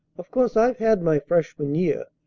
of course i've had my freshman year,